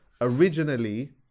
originally